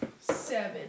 Seven